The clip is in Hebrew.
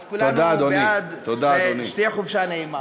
אז כולנו בעד, ושתהיה חופשה נעימה.